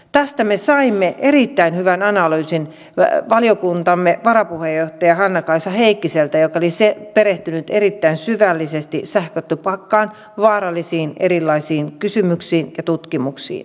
tästä me saimme erittäin hyvän analyysin valiokuntamme varapuheenjohtaja hannakaisa heikkiseltä joka oli perehtynyt erittäin syvällisesti sähkötupakkaan ja sen vaaroihin liittyviin erilaisiin kysymyksiin ja tutkimuksiin